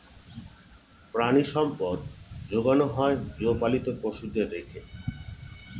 প্রাণিসম্পদ যোগানো হয় গৃহপালিত পশুদের রেখে